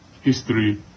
history